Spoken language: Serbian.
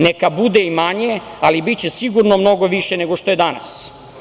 Neka bude i manje, ali biće sigurno mnogo više nego što je danas.